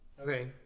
Okay